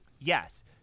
Yes